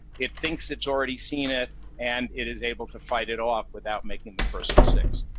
it thinks it's already seen it and it is able to fight it off without making the person sick.